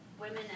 women